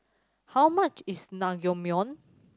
how much is Naengmyeon